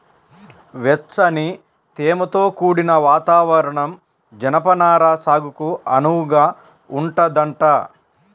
వెచ్చని, తేమతో కూడిన వాతావరణం జనపనార సాగుకు అనువుగా ఉంటదంట